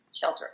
shelter